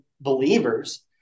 believers